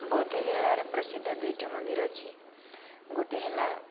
ବଉଦ ଜିଲ୍ଲାରେ ପ୍ରସିଦ୍ଧ ଦୁଇଟି ମନ୍ଦିର ଅଛି ଗୋଟିଏ ହେଲା